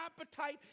appetite